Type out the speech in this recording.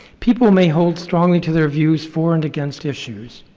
people may hold strongly to their views for and against issues,